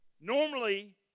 normally